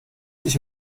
sich